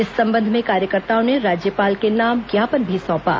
इस संबंध में कार्यकर्ताओं ने राज्यपाल के नाम ज्ञापन भी सौंपा